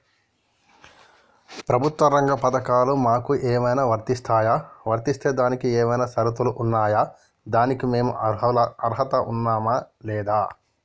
ప్రభుత్వ రంగ పథకాలు మాకు ఏమైనా వర్తిస్తాయా? వర్తిస్తే దానికి ఏమైనా షరతులు ఉన్నాయా? దానికి మేము అర్హత ఉన్నామా లేదా?